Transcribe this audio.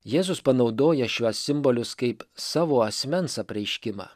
jėzus panaudoja šiuos simbolius kaip savo asmens apreiškimą